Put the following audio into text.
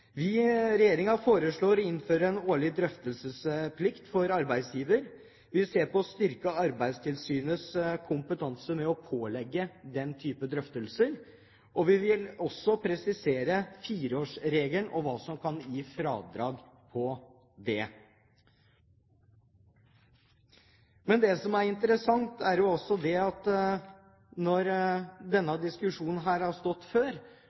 foreslår å innføre en årlig drøftelsesplikt for arbeidsgiver, vi vil se på det å styrke Arbeidstilsynets kompetanse med å pålegge den type drøftelser, og vi vil også presisere fireårsregelen, om hva som kan gi fratrekk ved beregning av den. Det som er interessant, er at når denne diskusjonen har pågått – og jeg har